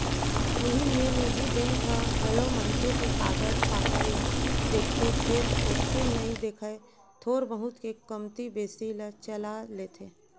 उही मेर निजी बेंक ह घलौ मनखे के कागज पातर ल देखथे फेर ओतेक नइ देखय थोर बहुत के कमती बेसी ल चला लेथे